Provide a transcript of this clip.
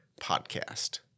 Podcast